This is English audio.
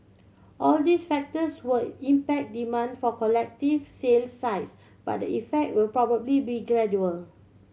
all these factors will impact demand for collective sale sites but the effect will probably be gradual